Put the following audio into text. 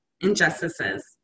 Injustices